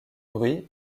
bruit